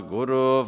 Guru